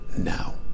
now